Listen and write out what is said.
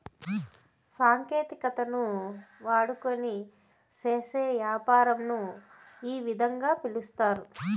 సాంకేతికతను వాడుకొని చేసే యాపారంను ఈ విధంగా పిలుస్తారు